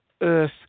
Earth